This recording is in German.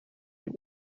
von